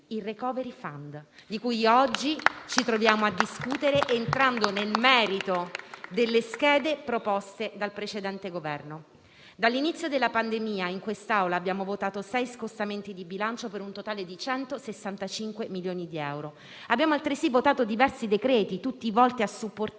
il *recovery fund,* di cui oggi ci troviamo a discutere entrando nel merito delle schede proposte dal precedente Governo. Dall'inizio della pandemia in quest'Aula abbiamo votato sei scostamenti di bilancio, per un totale di 165 milioni di euro; abbiamo altresì convertito diversi decreti-legge, tutti volti a supportare